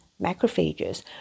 macrophages